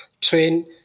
train